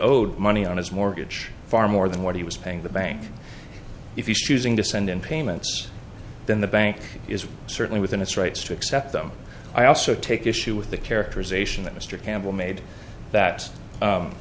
owed money on his mortgage far more than what he was paying the bank if you choose ing to send in payments then the bank is certainly within its rights to accept them i also take issue with the characterization that mr campbell made that